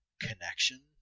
connection